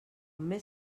més